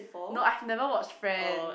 no I've never watched Friend